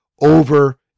over